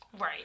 Right